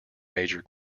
major